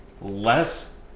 less